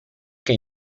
que